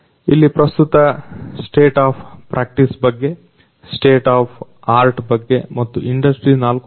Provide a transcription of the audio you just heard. ಇಲ್ಲಿನ ಪ್ರಸ್ತುತ state of practice ಬಗ್ಗೆ ಸ್ಟೇಟ್ ಆಫ್ ಆರ್ಟ್ ಬಗ್ಗೆ ಮತ್ತು ಇಂಡಸ್ಟ್ರಿ4